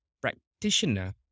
Practitioner